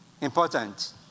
Important